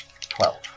Twelve